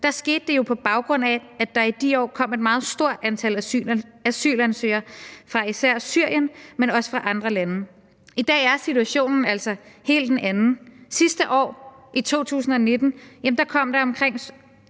– skete det jo på baggrund af, at der i de år kom et meget stort antal asylansøgere fra især Syrien, men også fra andre lande. I dag er situationen altså en helt anden. Sidste år, i 2019, kom der omkring